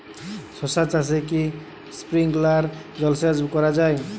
শশা চাষে কি স্প্রিঙ্কলার জলসেচ করা যায়?